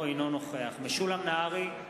אינו נוכח משולם נהרי,